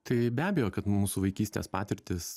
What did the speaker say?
tai be abejo kad mūsų vaikystės patirtys